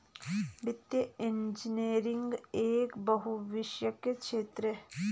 वित्तीय इंजीनियरिंग एक बहुविषयक क्षेत्र है